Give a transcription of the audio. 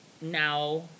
now